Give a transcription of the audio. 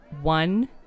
one